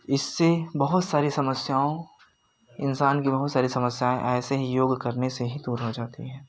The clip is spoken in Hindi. इससे बहुत सारी समस्याओं इंसान की बहुत सारी समस्याएँ ऐसे ही योग करने से ही दूर हो जाती हैं